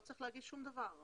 לא צריך להגיש שום דבר.